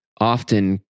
often